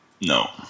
No